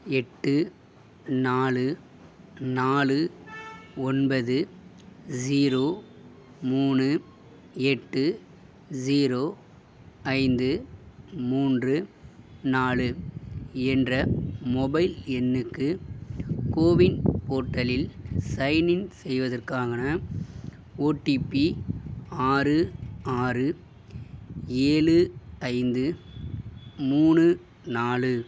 எட்டு நாலு நாலு ஒன்பது ஜீரோ மூணு எட்டு ஜீரோ ஐந்து மூன்று நாலு என்ற மொபைல் எண்ணுக்கு கோவின் போர்ட்டலில் சைனின் செய்வதற்கான ஓடிபி ஆறு ஆறு ஏழு ஐந்து மூணு நாலு